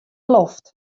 loft